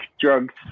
drugs